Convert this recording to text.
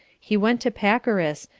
he went to pacorus,